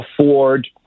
afford